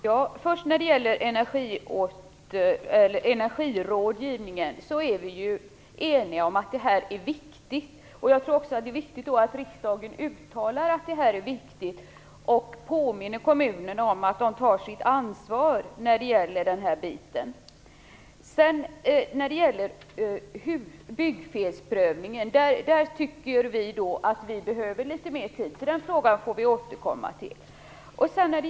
Herr talman! Vi är eniga om att energirådgivningen är viktig. Jag tror också att det är viktigt att riksdagen uttalar att det är viktigt och påminner kommunerna om att de tar sitt ansvar för detta. Vi tycker att vi behöver litet mer tid när det gäller byggfelsprövningen. Den frågan får vi återkomma till.